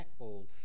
netball